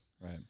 Right